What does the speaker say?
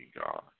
God